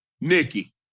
Nikki